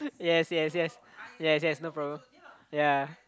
yes yes yes yes yes no problem ya